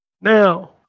now